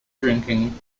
drinking